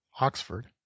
Oxford